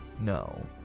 No